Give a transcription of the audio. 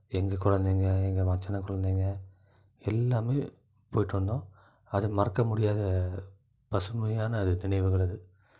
எங்கள் குழந்தைங்க எங்கள் மச்சினர் குழந்தைங்க எல்லாம் போயிட்டு வந்தோம் அது மறக்க முடியாத பசுமையான அது நினைவுகள் அது